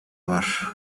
var